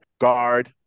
guard